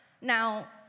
Now